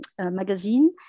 magazine